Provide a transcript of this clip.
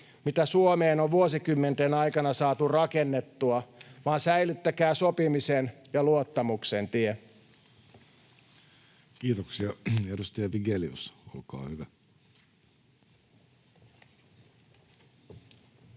mitä Suomeen on vuosikymmenten aikana saatu rakennettua, vaan säilyttäkää sopimisen ja luottamuksen tie. Kiitoksia. — Edustaja Vigelius, olkaa hyvä.